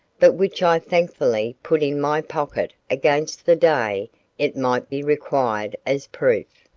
but which i thankfully put in my pocket against the day it might be required as proof.